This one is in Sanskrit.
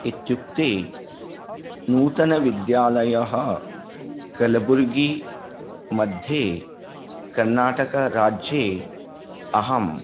इत्युक्ते नूतनविद्यालयः कलबुर्गिमध्ये कर्नाटकराज्ये अहम्